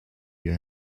your